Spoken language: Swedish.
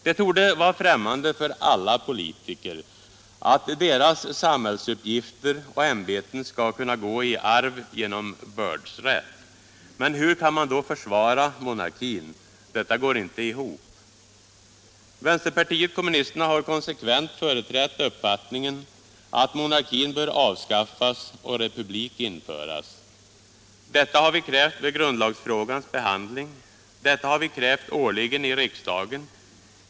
Det torde vara främmande för alla politiker att deras samhällsuppgifter och ämbeten skall kunna gå i arv genom bördsrätt. Men hur kan man då försvara monarkin? Detta går inte ihop. Vänsterpartiet kommunisterna har konsekvent företrätt uppfattningen att monarkin bör avskaffas och republik införas. Detta har vi krävt vid grundlagsfrågans behandling. Detta har vi krävt årligen i riksdagen.